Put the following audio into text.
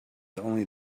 only